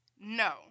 No